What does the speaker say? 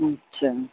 अछा